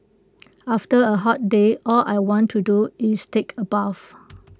after A hot day all I want to do is take A bath